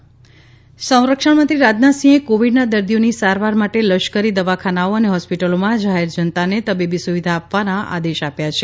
Rajnath covid સંરક્ષણમંત્રી રાજનાથસિંહે કોવિડના દર્દીઓની સારવાર માટે લશ્કરી દવાખાનાઓ અને હોસ્પિટલોમાં જાહેર જનતાને તબીબી સુવિધાઓ આપવાના આદેશ આપ્યા છે